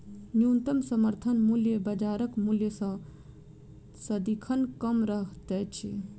न्यूनतम समर्थन मूल्य बाजारक मूल्य सॅ सदिखन कम रहैत छै